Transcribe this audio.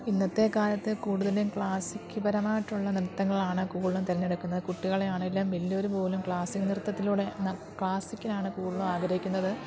ഇന്നത്തെ കാലത്ത് കൂടുതലും ക്ലാസിക് പരമായിട്ടുള്ള നൃത്തങ്ങളാണ് കൂടുതലും തെരഞ്ഞെടുക്കുന്നത് കുട്ടികളെയാണെങ്കിലും വലിയവര്പോലും ക്ലാസിക് നൃത്തത്തിലൂടെ ന ക്ലാസിക്കിലാണ് കൂടുതലും ആഗ്രഹിക്കുന്നത്